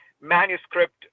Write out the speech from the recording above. manuscript